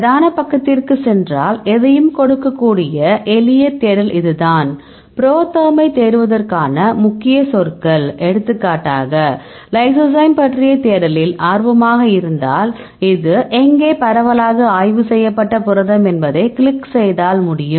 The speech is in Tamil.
பிரதான பக்கத்திற்குச் சென்றால் எதையும் கொடுக்கக்கூடிய எளிய தேடல் இதுதான் ProTherm ஐத் தேடுவதற்கான முக்கிய சொற்கள் எடுத்துக்காட்டாக லைசோசைம் பற்றிய தேடலில் ஆர்வமாக இருந்தால் இது எங்கே பரவலாக ஆய்வு செய்யப்பட்ட புரதம் என்பதை கிளிக் செய்தால் முடியும்